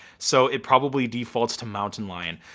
so it probably defaults to mountain lion.